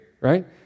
right